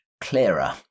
clearer